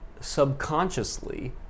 subconsciously